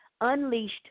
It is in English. unleashed